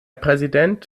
präsident